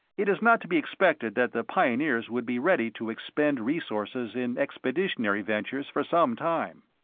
it is not to be expected that the pioneers would be ready to expend resources in expeditionary ventures for some time.